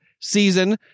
season